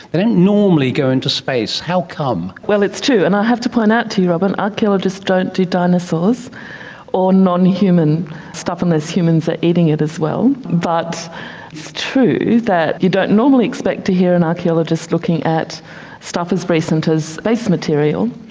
and normally go into space. how come? well, it's true. and have to point out to you, robyn, archaeologists don't do dinosaurs or non-human stuff, unless humans are eating it as well. but it's true that you don't normally expect to hear an archaeologist looking at stuff as recent as space material.